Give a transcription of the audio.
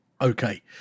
Okay